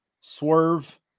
swerve